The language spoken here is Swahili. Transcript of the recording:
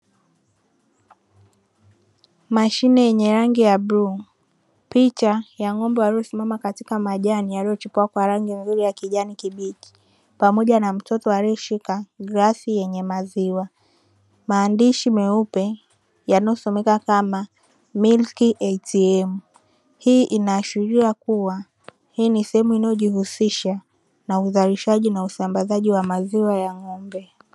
Mashine yenye rangi ya bluu, picha ya ng'ombe waliosimama katika majani yaliyochipua kwa rangi nzuri ya kijani kibichi, pamoja mtoto aliyesuka glasi yenye maziwa maandishi meupe yanayosomeka "MILK ATM". Hii inaashiria kuwa hii ni sehemu inayojihusisha na uzalishaji na usambazaji wa maziwa ya ng'ombe.